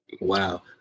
wow